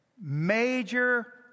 major